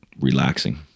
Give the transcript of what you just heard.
relaxing